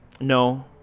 No